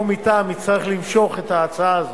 יו"ר מטעם, אצטרך למשוך את ההצעה הזאת.